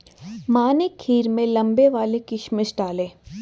माँ ने खीर में लंबे वाले किशमिश डाले